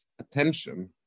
attention